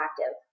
active